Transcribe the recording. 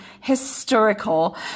historical